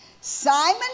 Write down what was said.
Simon